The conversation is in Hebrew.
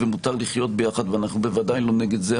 ומותר לחיות ביחד ואנחנו בוודאי לא נגד זה,